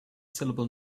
syllable